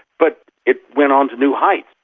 but it went on to new heights,